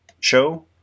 show